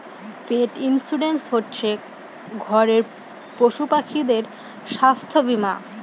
পেট insurance হচ্ছে ঘরের পশুপাখিদের স্বাস্থ্য বীমা